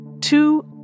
two